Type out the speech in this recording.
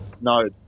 No